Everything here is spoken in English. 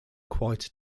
quite